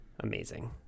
Amazing